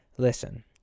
Listen